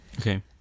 Okay